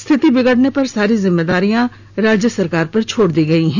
स्थिति बिगड़ने पर सारी जिम्मेदारियां राज्य सरकार पर छोड़ दी गयी है